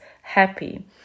happy